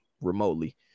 remotely